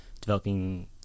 developing